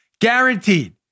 guaranteed